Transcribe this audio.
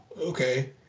okay